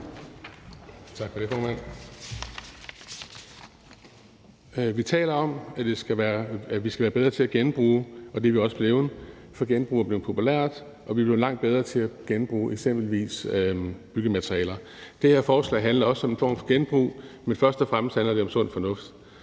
Tak for det, formand. Vi taler om, at vi skal være bedre til at genbruge, og det er vi også blevet, for genbrug er blevet populært, og vi er blevet langt bedre til at genbruge eksempelvis byggematerialer. Det her forslag handler også om en form for genbrug, men først og fremmest handler det om sund fornuft.